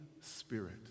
Spirit